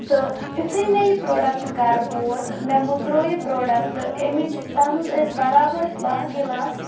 تہٕ یُتھُے مےٚ یہِ پرٛوڈَکٹ گَرٕ ووت مےٚ مٔژروو یہِ پرٛوڈَکٹ ایٚمِچ تَتھ منٛز ٲسۍ بَرابَر بَہہ گِلاس